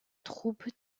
troupe